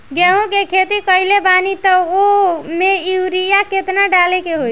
गेहूं के खेती कइले बानी त वो में युरिया केतना डाले के होई?